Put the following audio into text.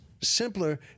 simpler